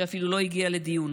שאפילו לא הגיעה לדיון,